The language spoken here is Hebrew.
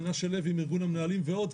מנשה לוי מארגון המנהלים ועוד,